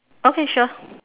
okay sure